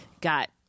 got